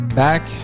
back